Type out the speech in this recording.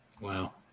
Wow